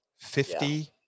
Fifty